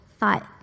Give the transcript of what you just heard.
thought